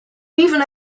even